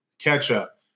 Ketchup